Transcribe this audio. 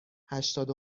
هشتاد